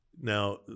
Now